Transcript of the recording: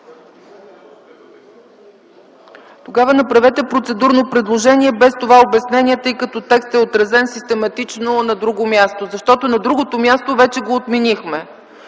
Тогава направете процедурно предложение без това обяснение, тъй като текстът е отразен систематично на друго място. Защото на другото място вече го отменихме.